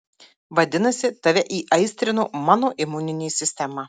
vadinasi tave įaistrino mano imuninė sistema